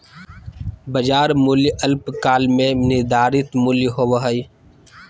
बाजार मूल्य अल्पकाल में निर्धारित मूल्य होबो हइ